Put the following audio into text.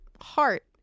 heart